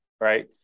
right